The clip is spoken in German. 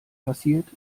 passiert